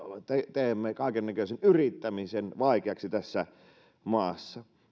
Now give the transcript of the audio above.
teemme kaikennäköisen yrittämisen vaikeaksi tässä maassa